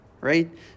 right